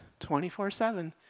24-7